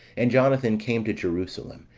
and jonathan came to jerusalem,